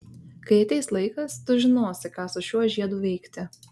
kai ateis laikas tu žinosi ką su šiuo žiedu veikti